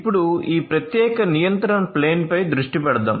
ఇప్పుడు ఈ ప్రత్యేక నియంత్రణ ప్లేన్ పై దృష్టి పెడదాం